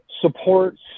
supports